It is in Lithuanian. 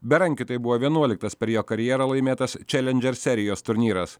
berankiui tai buvo vienuoliktas per jo karjerą laimėtas čelendžer serijos turnyras